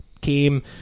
came